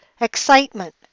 excitement